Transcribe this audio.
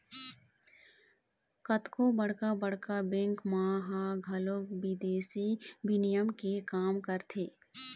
कतको बड़का बड़का बेंक मन ह घलोक बिदेसी बिनिमय के काम करथे